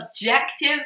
objective